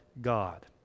God